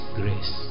grace